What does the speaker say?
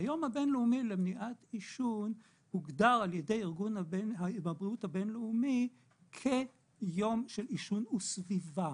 והיום הזה הוגדר על ידי ארגון הבריאות הבינלאומי כיום של עישון וסביבה,